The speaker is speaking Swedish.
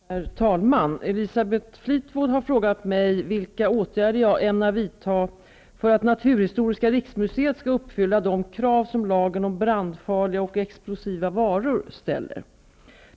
Herr talman! Elisabeth Fleetwood har frågat mig vilka åtgärder jag ämnar vidta för att Naturhistoriska riksmuseet skall uppfylla de krav som lagen om brandfarliga och explosiva varor ställer.